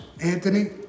Anthony